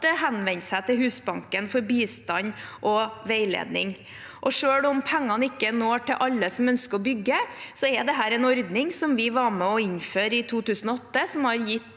henvende seg til Husbanken for bistand og veiledning. Selv om pengene ikke når ut til alle som ønsker å bygge, er dette en ordning som vi var med på å innføre i 2008, og som har gitt